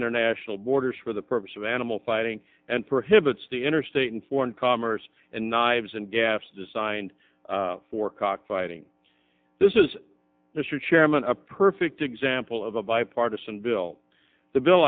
international borders for the purpose of animal fighting and for hiv it's the interstate and foreign commerce and knives and gas designed for cockfighting this is mr chairman a perfect example of a bipartisan bill the bill